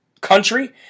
country